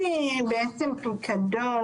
אין בעצם פיקדון,